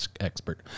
expert